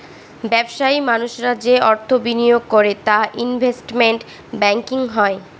ব্যবসায়ী মানুষরা যে অর্থ বিনিয়োগ করে তা ইনভেস্টমেন্ট ব্যাঙ্কিং হয়